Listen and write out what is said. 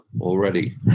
already